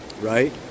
right